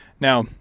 Now